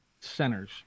centers